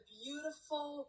beautiful